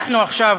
אנחנו עכשיו